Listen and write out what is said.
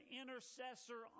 intercessor